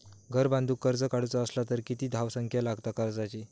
घर बांधूक कर्ज काढूचा असला तर किती धावसंख्या लागता कर्जाची?